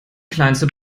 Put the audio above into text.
kleinste